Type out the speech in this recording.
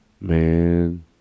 Man